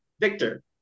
victor